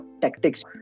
tactics